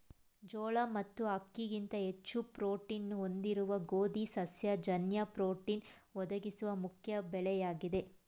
ಜೋಳ ಮತ್ತು ಅಕ್ಕಿಗಿಂತ ಹೆಚ್ಚು ಪ್ರೋಟೀನ್ನ್ನು ಹೊಂದಿರುವ ಗೋಧಿ ಸಸ್ಯ ಜನ್ಯ ಪ್ರೋಟೀನ್ ಒದಗಿಸುವ ಮುಖ್ಯ ಬೆಳೆಯಾಗಿದೆ